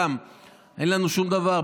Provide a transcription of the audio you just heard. אין לנו שום דבר,